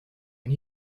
and